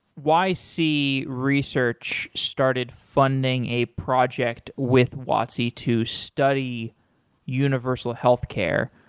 y c research started funding a project with watsi to study universal healthcare.